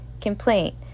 complaint